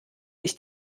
ich